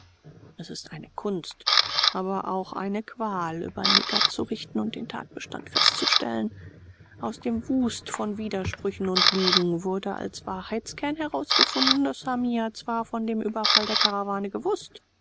es ist eine kunst aber auch eine qual über neger zu richten und den tatbestand festzustellen aus dem wust von widersprüchen und lügen wurde als wahrheitskern herausgefunden daß hamia zwar von dem überfall der karawane gewußt